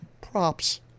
Props